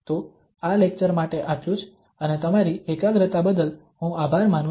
તો આ લેક્ચર માટે આટલું જ અને તમારી એકાગ્રતા બદલ હું આભાર માનું છું